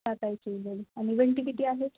सात I C U bed आणि वेंटी किती आहेत